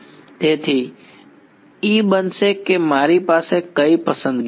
તેથી E બનશે કે મારી પાસે કઈ પસંદગીઓ છે